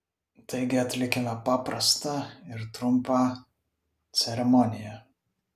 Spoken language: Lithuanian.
taigi atlikime paprastą ir trumpą ceremoniją